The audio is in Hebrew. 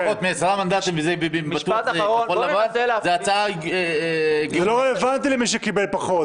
פחות מ-10 מנדטים --- זה לא רלוונטי למי שקיבל פחות.